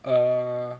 err